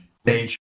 stage